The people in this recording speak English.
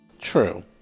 True